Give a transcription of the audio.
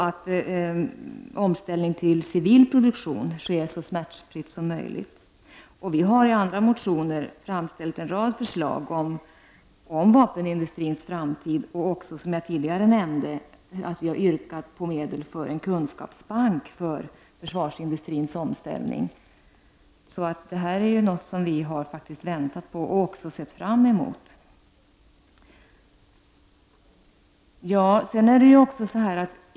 En omställning till civil produktion måste ske så smärtfritt som möjligt. Vi har i andra motioner framställt en rad förslag om vapenindustins framtid och, som jag tidigare nämnde, vi har yrkat på medel för en kunskapsbank för försvarsindustrins omställning. Detta är något som vi faktiskt har väntat och även sett fram emot.